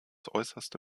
äußerste